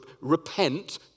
repent